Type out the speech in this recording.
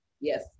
yes